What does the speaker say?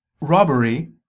robbery